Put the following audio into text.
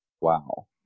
Wow